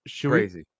Crazy